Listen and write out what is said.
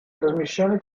trasmissioni